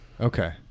okay